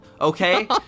Okay